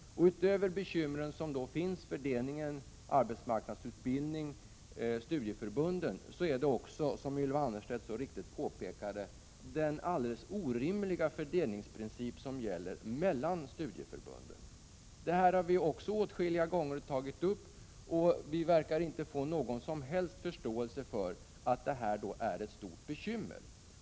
Utöver de bekymmer som finns med fördelningen mellan arbetsmarknadsutbildningen och studieförbunden har vi också, som även Ylva Annerstedt så riktigt påpekade, en alldeles orimlig princip för fördelningen mellan studieförbunden. Vi har också åtskilliga gånger tagit upp detta, och vi verkar inte få någon som helst förståelse för att detta är ett stort bekymmer.